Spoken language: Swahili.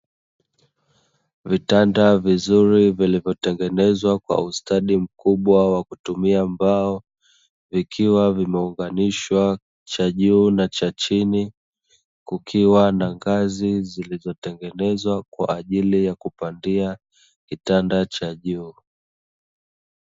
Vitanda vizuri vilvyotengenezwa kwa ustadi mkubwa wa kutumia mbao, vikiwa vimeunganishwa cha juu na cha chini, kukiwa na ngazi zilizotengenezwa kwaajili ya kupandia kitanda cha juu.